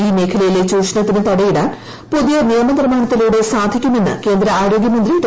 ഈ മേഖലയിലെ ചൂഷണത്തിന് തടയിടാൻ പുതിയ നിയമനിർമ്മാണത്തിലൂടെ സാധിക്കുമെന്ന് കേന്ദ്ര ആരോഗ്യമന്ത്രി ഡോ